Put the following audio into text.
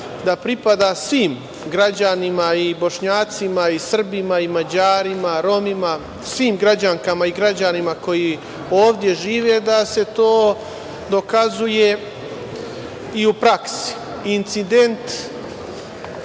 pripada svim građanima, i Bošnjacima i Srbima i Mađarima i Romima, svim građankama i građanima koji ovde žive, da se to dokazuje i u praksi. Incident